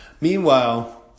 Meanwhile